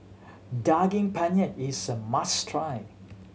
Daging Penyet is a must try